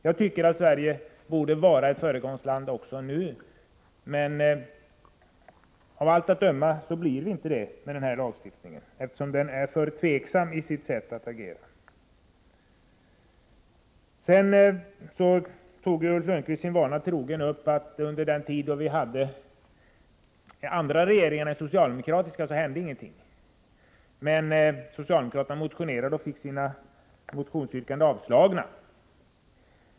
Jag tycker att Sverige borde vara ett föregångsland också nu, men av allt att döma blir vi inte det med denna lagstiftning, eftersom den kommer att föranleda tveksamhet vid agerandet. Ulf Lönnqvist sade sin vana trogen att under den tid vi hade andra regeringar än socialdemokratiska hände ingenting. Ulf Lönnqvist sade också att socialdemokraterna motionerade men fick sina motionsyrkanden avslagna.